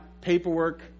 paperwork